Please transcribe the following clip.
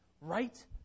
Right